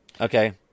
Okay